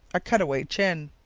a cutaway chin.